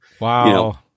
wow